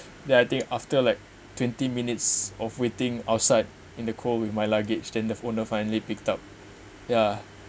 then I think after like twenty minutes of waiting outside in the cold with my luggage than the owner finally picked up ya